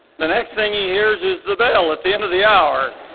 the next thing he hears is the bell at the end of the hour.